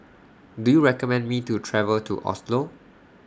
Do YOU recommend Me to travel to Oslo